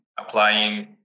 applying